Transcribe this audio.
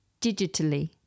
digitally